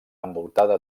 envoltada